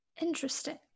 Interesting